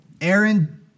Aaron